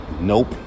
Nope